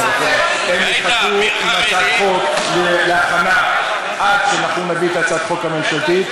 שהם יחכו עם הכנת הצעת חוק עד שאנחנו נביא את הצעת החוק הממשלתית,